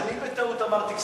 אני בטעות אמרתי כספים.